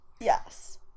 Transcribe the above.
Yes